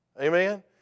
Amen